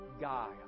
guy